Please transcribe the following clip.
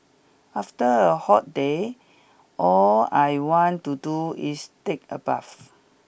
after a hot day all I want to do is take a bath